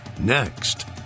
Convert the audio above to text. next